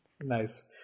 Nice